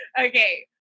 okay